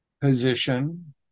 position